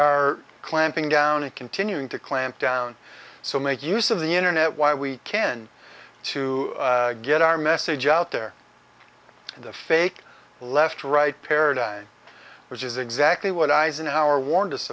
are clamping down and continuing to clamp down so make use of the internet while we can to get our message out there in the fake left right paradigm which is exactly what eisenhower warned us